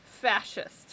fascist